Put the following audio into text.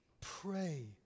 Pray